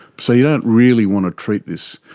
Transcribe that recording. so you don't really want to treat this,